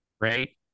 Right